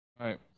right